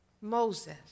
Moses